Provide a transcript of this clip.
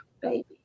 baby